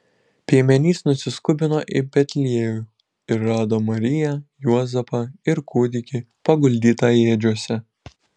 piemenys nusiskubino į betliejų ir rado mariją juozapą ir kūdikį paguldytą ėdžiose